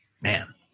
Man